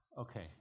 Okay